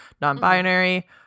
non-binary